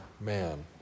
man